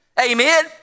amen